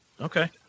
Okay